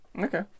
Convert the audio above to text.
Okay